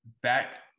back